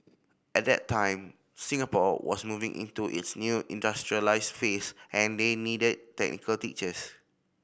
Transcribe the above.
at that time Singapore was moving into its new industrialised phase and they needed technical teachers